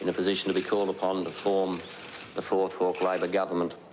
and position to be called upon to form the fourth hawke labor government.